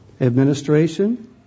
administration